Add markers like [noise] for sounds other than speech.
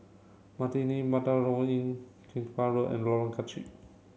[unintelligible] Inn Keramat Road and Lorong [unintelligible]